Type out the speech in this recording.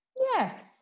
Yes